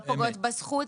לא פוגעות בזכות,